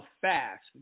fast